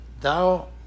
thou